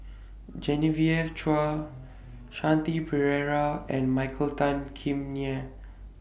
Genevieve Chua Shanti Pereira and Michael Tan Kim Nei